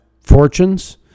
fortunes